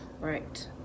Right